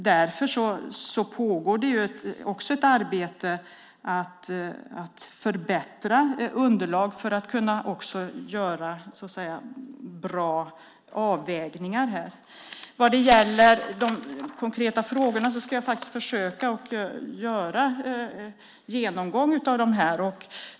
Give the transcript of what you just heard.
Därför pågår det också ett arbete med att förbättra underlag, för att man ska kunna göra bra avvägningar här. Vad gäller de konkreta frågorna ska jag faktiskt försöka göra en genomgång av dem.